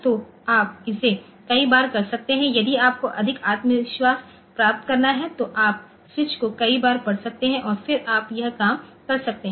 तो आप इसे कई बार कर सकते हैं यदि आपको अधिक आत्मविश्वास प्राप्त करना है तो आप स्विच को कई बार पढ़ सकते हैं और फिर आप यह काम कर सकते हैं